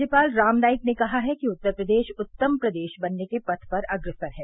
राज्यपाल राम नाईक ने कहा है कि उत्तर प्रदेश उत्तम प्रदेश बनने के पथ पर अग्रसर है